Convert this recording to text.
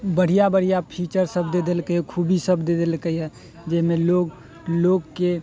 बढ़िआँ बढ़िआँ फीचरसब दऽ देलकै खूबी सब दऽ देलकै हँ जाहिमे लोक लोकके